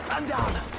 and